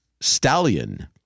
stallion